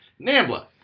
Nambla